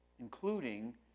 including